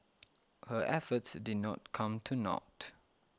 her efforts did not come to naught